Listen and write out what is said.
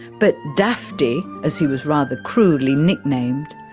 but dafty, as he was rather cruelly nicknamed,